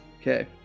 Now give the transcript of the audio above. Okay